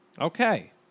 Okay